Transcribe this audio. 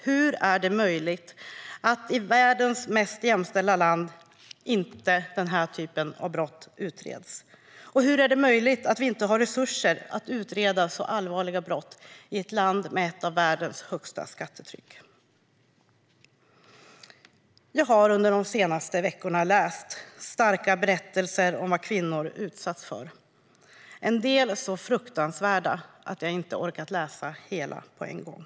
Hur är det möjligt att den här typen av brott inte utreds i världens mest jämställda land? Och hur är det möjligt att vi inte har resurser att utreda så allvarliga brott i ett land med ett av världens högsta skattetryck? Jag har under de senaste veckorna läst starka berättelser om vad kvinnor har utsatts för. En del har varit så fruktansvärda att jag inte har orkat läsa hela på en gång.